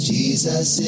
Jesus